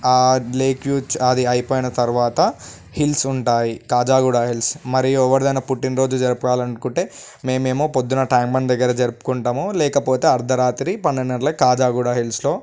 lake view చూ అది అయిపోయిన తర్వాత హిల్స్ ఉంటాయి కాజాగూడ హిల్స్ మరియు ఎవరిదైనా పుట్టినరోజు జరపాలనుకుంటే మేము ఏమో పొద్దున ట్యాంక్ బండ్ దగ్గర జరుపుకుంటాము లేకపోతే అర్ధరాత్రి పన్నెండున్నరకి కాజాగూడ హిల్స్లో